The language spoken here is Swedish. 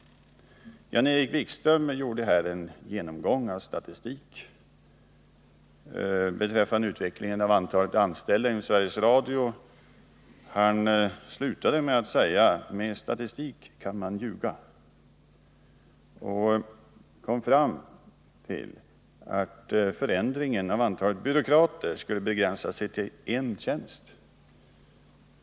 Jan-Erik Wikström gjorde här en genomgång av statistiken över utvecklingen av antalet anställda inom Sveriges Radio. Han slutade genomgången med att säga att ”med statistik kan man alltid ljuga”. Enligt Jan-Erik Wikström skulle förändringen i fråga om antalet byråkrater har begränsat sig tillen tjänst.